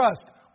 trust